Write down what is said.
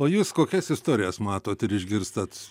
o jūs kokias istorijas matot ir išgirstat